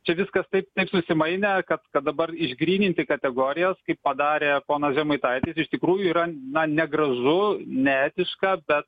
čia viskas taip taip susimainę kad kad dabar išgryninti kategorijas kaip padarė ponas žemaitaitis iš tikrųjų yra na negražu neetiška bet